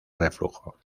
reflujo